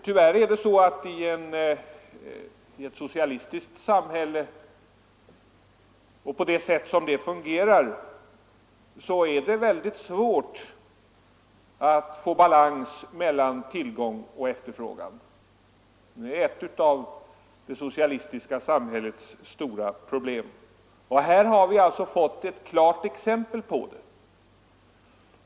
Tyvärr är det i ett socialistiskt samhälle, så som det fungerar, väldigt svårt att få balans mellan tillgång och efterfrågan. Det är ett av det socialistiska samhällets stora problem, och här har vi fått ett klart exempel på det.